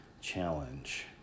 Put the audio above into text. challenge